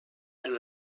and